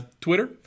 Twitter